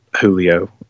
Julio